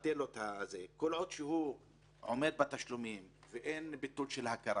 כל עוד שהוא עומד בתשלומים ואין ביטול של ההכרה,